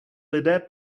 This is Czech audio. lidé